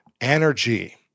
energy